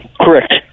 Correct